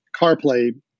CarPlay